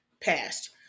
passed